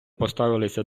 поставилися